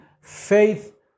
Faith